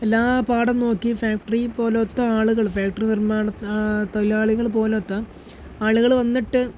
എല്ലാ പാടം നോക്കി ഫാക്ടറി പോലത്ത ആളുകൾ ഫാക്ടറി നിർമ്മാണ തൊഴിലാളികൾ പോലത്ത ആളുകൾ വന്നിട്ട്